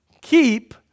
keep